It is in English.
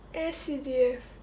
S_C_D_F